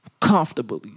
comfortably